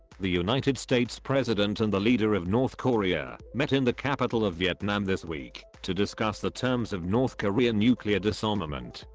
the united states president and the leader of north korea met in the capital of vietnam this week, to discuss the terms of north korean nuclear disarmament.